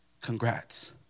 Congrats